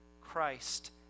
Christ